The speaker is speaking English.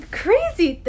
crazy